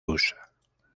usa